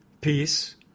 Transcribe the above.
peace